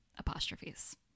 Apostrophes